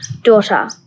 Daughter